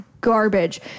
garbage